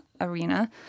Arena